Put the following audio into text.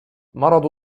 مرض